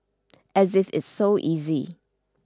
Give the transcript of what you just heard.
as if it's so easy